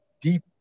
deep